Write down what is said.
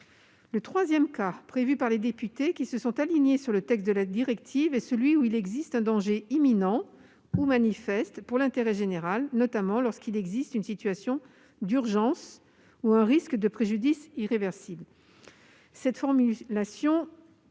Le troisième cas prévu par les députés, qui se sont alignés sur le texte de la directive, est celui où il existe un « danger imminent ou manifeste pour l'intérêt général, notamment lorsqu'il existe une situation d'urgence ou un risque de préjudice irréversible ». Cette formulation n'est pas forcément